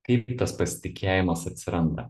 kaip tas pasitikėjimas atsiranda